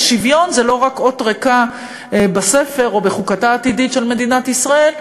ושוויון זה לא רק אות ריקה בספר או בחוקתה העתידית של מדינת ישראל,